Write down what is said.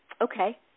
Okay